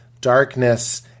darkness